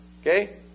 Okay